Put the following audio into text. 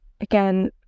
again